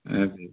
ಹಾಗೆ